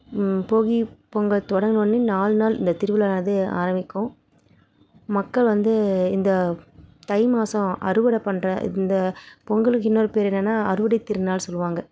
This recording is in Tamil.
போகி பொங்கல் தொடங்கின ஒடனே நாலு நாள் இந்த திருவிழா ஆனது ஆரம்மிக்கும் மக்கள் வந்து இந்த தை மாசம் அறுவடை பண்ணுற இந்த பொங்கலுக்கு இன்னொரு பேர் என்னென்னா அறுவடை திருநாள் சொல்வாங்க